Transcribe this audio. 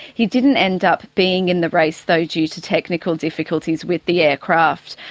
he didn't end up being in the race though due to technical difficulties with the aircraft.